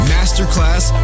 Masterclass